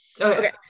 Okay